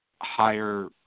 higher